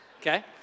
Okay